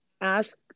ask